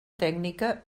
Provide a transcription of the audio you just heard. tècnica